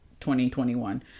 2021